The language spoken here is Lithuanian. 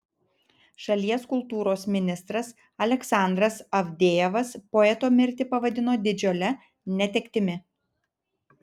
šalies kultūros ministras aleksandras avdejevas poeto mirtį pavadino didžiule netektimi